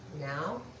now